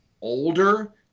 older